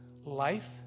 life